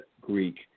Greek